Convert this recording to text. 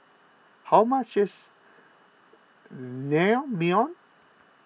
how much is Naengmyeon